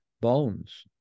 bones